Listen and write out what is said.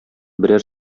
берәр